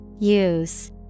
Use